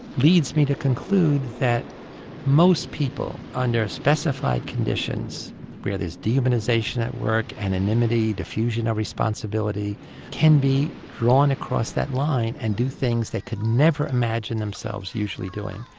leads me to conclude that most people under specified conditions where there's dehumanisation at work, anonymity, diffusion of responsibility can be drawn across that line and do things they could never imagine themselves usually doing.